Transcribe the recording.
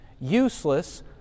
useless